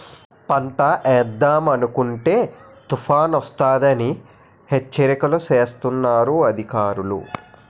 పంటేద్దామనుకుంటే తుపానొస్తదని హెచ్చరికలు సేస్తన్నారు అధికారులు